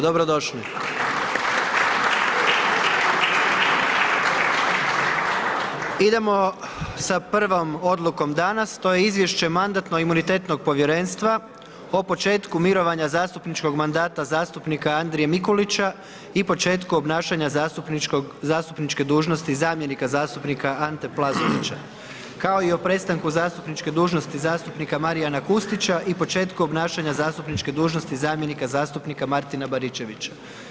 Dobrodošli. … Idemo sa prvom Odlukom danas, to je Izvješće Mandatno-imunitetnog povjerenstva o početku mirovanja zastupničkog mandata zastupnika Andrije Mikulića i početku obnašanja zastupničke dužnosti zamjenika zastupnika Ante Plazonića, kao i o prestanku zastupničke dužnosti zastupnika Marijana Kustića i početku obnašanja zastupničke dužnosti zamjenika zastupnika Martina Baričevića.